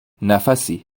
نفسی